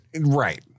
Right